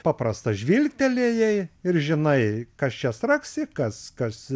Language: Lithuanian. paprasta žvilgtelėjai ir žinai kas čia straksi kas kas